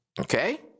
Okay